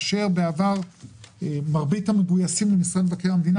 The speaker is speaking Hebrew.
אם בעבר מרבית המגויסים למשרד מבקר המדינה